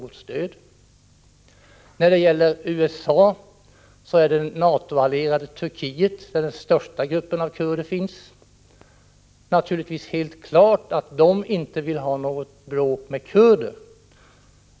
Och det är naturligtvis helt klart att USA i det NATO-allierade Turkiet, där den största gruppen av kurder finns, inte vill ha något bråk med kurder.